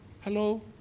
Hello